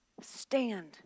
Stand